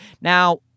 Now